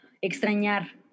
extrañar